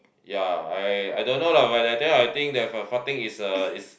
ya I I don't know lah but that day I think that from farting is a is